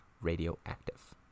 radioactive